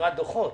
מסירת דוחות.